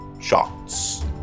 shots